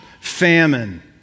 famine